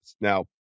Now